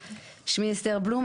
שמי אסתר בלום,